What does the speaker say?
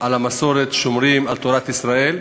על המסורת, שומרים על תורת ישראל,